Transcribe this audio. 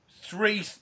three